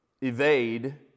evade